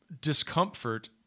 discomfort